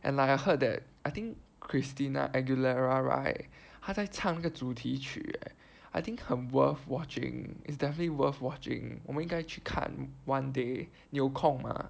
and like I heard that I think Christina Aguilera right 她在唱那个主题曲 leh I think 很 worth watching is definitely worth watching 我们应该去看 one day 你有空 mah